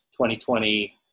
2020